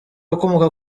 akomoka